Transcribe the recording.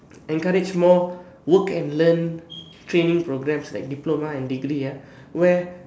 encourage more work and learn training programs like diploma and degree ya where